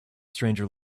stranger